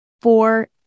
four